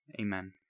Amen